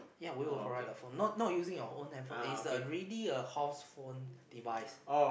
ya we will provide the phone not not using your own hand phone is really a house phone device